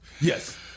Yes